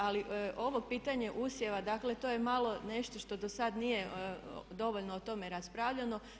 Ali ovo pitanje usjeva, dakle to je malo nešto što do sada nije dovoljno o tome raspravljamo.